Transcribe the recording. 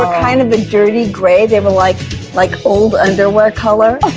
kind of the dirty gray. they were like like old underwear color.